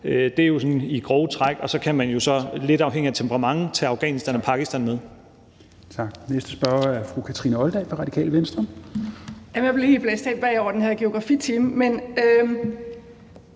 Det er sådan i grove træk, og så kan man jo lidt afhængigt af temperament tage Afghanistan og Pakistan med.